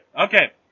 okay